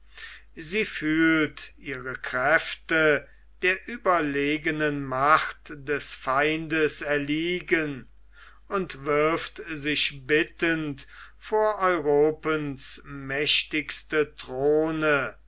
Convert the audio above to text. sie fühlt ihre kräfte der überlegenen macht des feindes erliegen und wirft sich bittend vor europens mächtigste throne